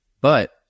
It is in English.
But-